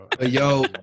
Yo